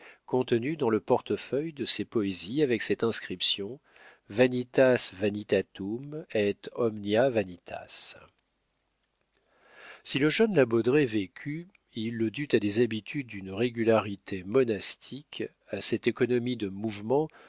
contenues dans le portefeuille de ses poésies avec cette inscription vanitas vanitatum et omnia vanitas si le jeune la baudraye vécut il le dut à des habitudes d'une régularité monastique à cette économie de mouvement